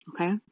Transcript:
okay